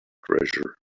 treasure